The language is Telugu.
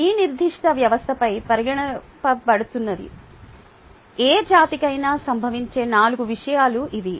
ఒక నిర్దిష్ట వ్యవస్థపై పరిగణించబడుతున్న ఏ జాతికైనా సంభవించే నాలుగు విషయాలు ఇవి